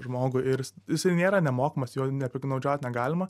žmogui ir jisai nėra nemokamas juo nepiktnaudžiaut negalima